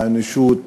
מהאנושות,